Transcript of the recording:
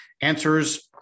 answers